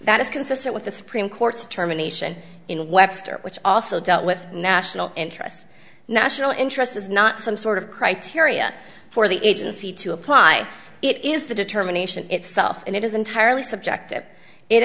that is consistent with the supreme court's determination in webster which also dealt with national interests national interests as not some sort of criteria for the agency to apply it is the determination itself and it is entirely subjective it